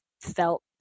felt